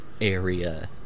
area